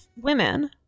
women